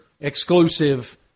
exclusive